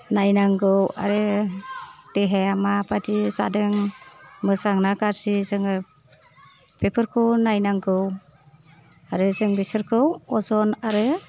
नायनांगौ आरो देहाया माबायदि जादों मोजां ना गाज्रि जोङो बेफोरखौ नायनांगौ आरो जों बिसोरखौ अजन आरो